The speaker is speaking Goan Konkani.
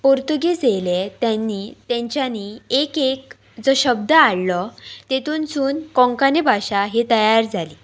पोर्तुगीज येयले तेनी तेंच्यानी एक एक जो शब्द हाडलो तेतूनसून कोंकणी भाशा ही तयार जाली